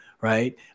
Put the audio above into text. right